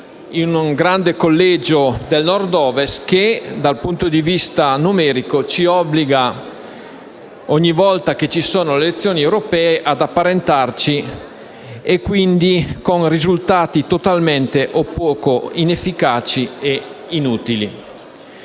in un grande collegio del Nord-Ovest, che, dal punto di vista numerico, ci obbliga, ogni volta che ci sono le elezioni europee, ad apparentarci, con risultati quindi totalmente inefficaci e inutili.